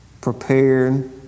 prepared